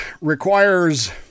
requires